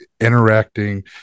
interacting